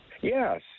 Yes